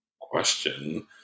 question